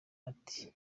ati